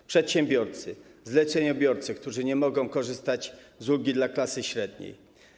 To przedsiębiorcy, zleceniobiorcy, którzy nie mogą korzystać z ulgi dla klasy średniej.